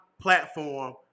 platform